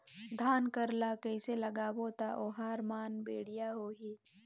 धान कर ला कइसे लगाबो ता ओहार मान बेडिया होही?